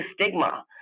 stigma